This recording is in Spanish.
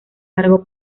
largo